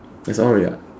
that's all already what